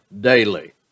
daily